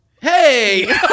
Hey